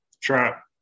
Trap